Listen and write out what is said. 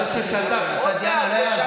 עוד מעט,